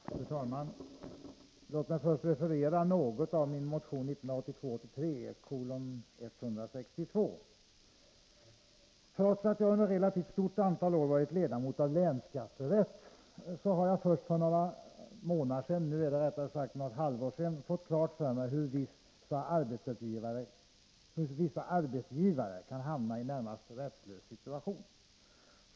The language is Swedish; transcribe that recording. Fru talman! Låt mig först referera något ur min motion 1982/83:162. Trots att jag under ett relativt stort antal år varit ledamot av länsskatterätt har jag först för några månader sedan, rättare sagt för ett halvår sedan, fått klart för mig hur vissa arbetsgivare kan hamna i en närmast rättslös situation.